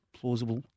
plausible